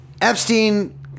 Epstein